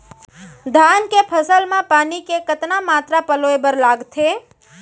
धान के फसल म पानी के कतना मात्रा पलोय बर लागथे?